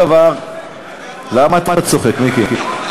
למה אתה צוחק, מיקי?